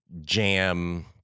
jam